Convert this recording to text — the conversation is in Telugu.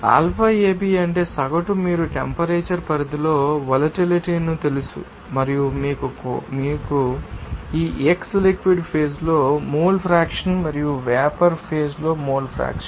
αAB అంటే సగటు మీరు టెంపరేచర్ పరిధిలో వొలటిలిటీ ను తెలుసు మరియు మీకు కూడా తెలుసు ఈ x లిక్విడ్ ఫేజ్ లో మోల్ ఫ్రాక్షన్ మరియు వేపర్ ఫేజ్ లో మోల్ ఫ్రాక్షన్